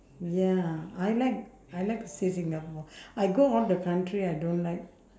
ya I like I like to stay singapore I go all the country I don't like